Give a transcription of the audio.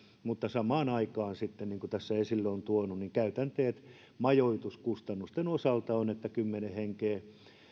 mutta kun samaan aikaan sitten niin kuin tässä on tuotu esille käytänteet majoituskustannusten osalta ovat sellaiset että on kymmenen henkeä